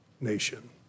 nation